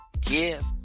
give